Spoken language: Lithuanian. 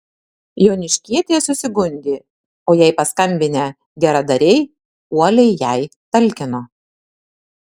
joniškietė susigundė o jai paskambinę geradariai uoliai jai talkino